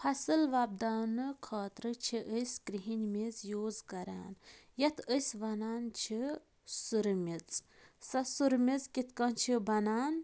فَصل وۄپداونہٕ خٲطرٕ چھِ أسۍ کِرٛہِنۍ میٚژ یوٗز کَران یَتھ أسۍ وَنان چھِ سُرٕ میٚژ سۄ سُر میٚژ کِتھ کٔنۍ چھِ بَنان